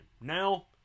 now